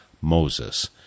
Moses